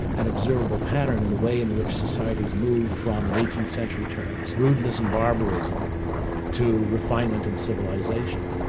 an observable pattern in the way in which societies move from in eighteenth century terms, rudeness and barbarism to refinement and civilisation.